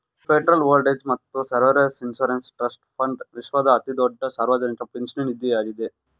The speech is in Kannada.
ಫೆಡರಲ್ ಓಲ್ಡ್ಏಜ್ ಮತ್ತು ಸರ್ವೈವರ್ಸ್ ಇನ್ಶುರೆನ್ಸ್ ಟ್ರಸ್ಟ್ ಫಂಡ್ ವಿಶ್ವದ ಅತಿದೊಡ್ಡ ಸಾರ್ವಜನಿಕ ಪಿಂಚಣಿ ನಿಧಿಯಾಗಿದ್ದೆ